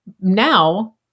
Now